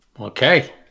Okay